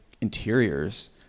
interiors